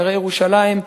בהרי ירושלים,